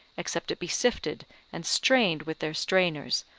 except it be sifted and strained with their strainers,